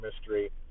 mystery